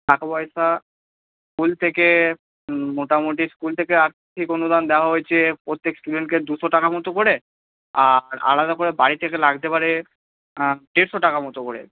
টাকাপয়সা স্কুল থেকে মোটামুটি স্কুল থেকে আর্থিক অনুদান দেওয়া হয়েছে প্রত্যেক স্টুডেন্টকে দুশো টাকা মতো করে আর আলাদা করে বাড়ি থেকে লাগতে পারে দেড়শো টাকা মতো করে